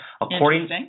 according